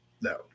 No